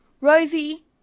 Rosie